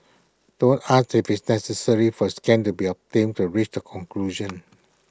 don't ask if it's necessary for scan to be obtained for reach the conclusion